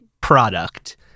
product